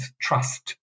trust